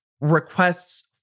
requests